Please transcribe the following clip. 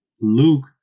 Luke